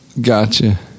gotcha